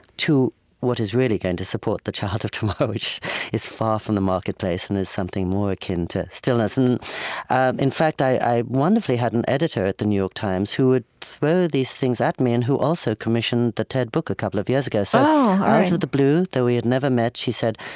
to what is really going to support the child of tomorrow, which is far from the marketplace and is something more akin to stillness. in in fact, i wonderfully had an editor at the new york times who would throw these things at me and who also commissioned the ted book a couple of years ago. so ah out of the blue, though we had never met, she said,